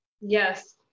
Yes